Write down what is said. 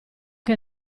che